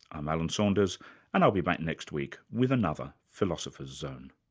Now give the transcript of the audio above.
i'm alan saunders and i'll be back next week with another philosopher's zone